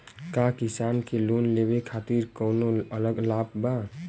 का किसान के लोन लेवे खातिर कौनो अलग लाभ बा?